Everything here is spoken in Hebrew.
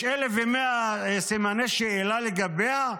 יש 1,100 סימני שאלה לגביה.